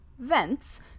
vents